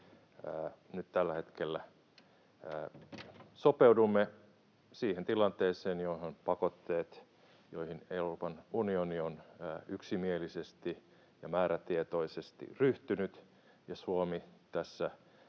Nyt tällä hetkellä sopeudumme siihen tilanteeseen, jossa on pakotteet, joihin Euroopan unioni on yksimielisesti ja määrätietoisesti ryhtynyt. Suomi on